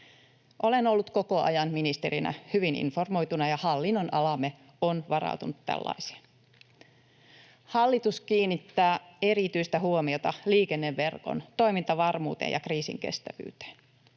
Olen ollut koko ajan ministerinä hyvin informoituna, ja hallinnonalamme on varautunut tällaiseen. Hallitus kiinnittää erityistä huomiota liikenneverkon toimintavarmuuteen ja kriisinkestävyyteen.